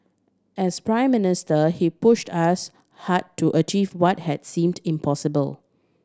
as Prime Minister he pushed us hard to achieve what had seemed impossible